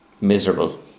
miserable